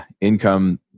income